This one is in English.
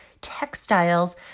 textiles